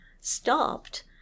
stopped